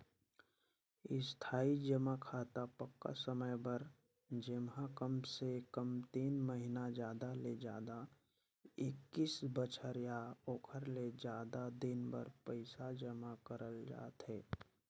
इस्थाई जमा खाता पक्का समय बर जेम्हा कमसे कम तीन महिना जादा ले जादा एक्कीस बछर या ओखर ले जादा दिन बर पइसा जमा करल जाथे